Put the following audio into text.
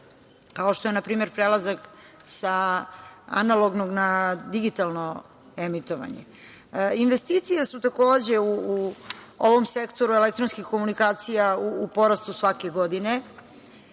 kao što je na primer, prelazak sa analognog na digitalno emitovanje. Investicije su takođe u ovom sektoru elektronskih komunikacija u porastu svake godine. Ono